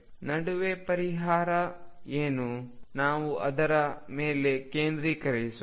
ನಡುವೆ ಪರಿಹಾರ ಏನು ನಾವು ಅದರ ಮೇಲೆ ಕೇಂದ್ರೀಕರಿಸೋಣ